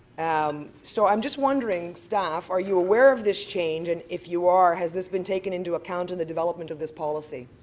um so i'm just wondering, staff, are you aware of this change and if you are has this been taken into account in the development of policy?